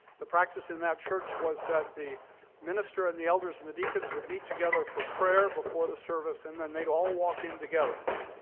the practice in that church was that the minister and the elders and the deacons would meet together for prayer before the service, and then they'd all walk in together.